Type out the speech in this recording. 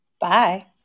Bye